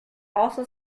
also